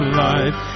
life